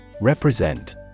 Represent